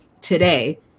today